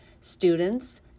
Students